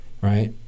right